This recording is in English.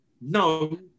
no